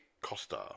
Costa